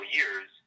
years